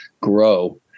grow